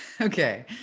Okay